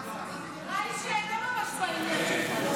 נראה לי שהם לא ממש בעניין של החוק.